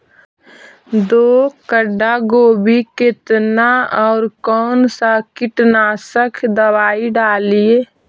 दो कट्ठा गोभी केतना और कौन सा कीटनाशक दवाई डालिए?